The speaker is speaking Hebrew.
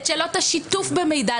את שאלות השיתוף במידע.